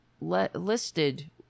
listed